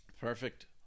Perfect